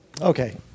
okay